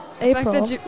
April